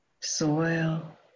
Soil